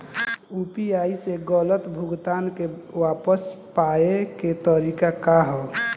UPI से गलत भुगतान के वापस पाये के तरीका का ह?